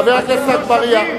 חבר הכנסת אגבאריה.